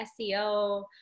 SEO